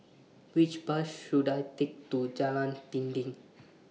Which Bus should I Take to Jalan Dinding